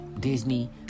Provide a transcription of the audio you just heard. Disney